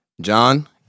John